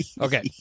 Okay